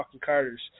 Carters